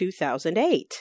2008